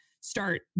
start